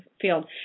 field